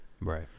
Right